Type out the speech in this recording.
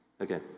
Okay